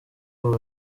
ubu